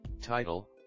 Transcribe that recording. Title